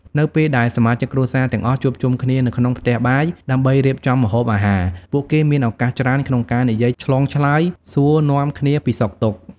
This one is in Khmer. នៅពេលដែលសមាជិកគ្រួសារទាំងអស់ជួបជុំគ្នានៅក្នុងផ្ទះបាយដើម្បីរៀបចំម្ហូបអាហារ ពួកគេមានឱកាសច្រើនក្នុងការនិយាយឆ្លងឆ្លើយសួរនាំគ្នាពីសុខទុក្ខ ។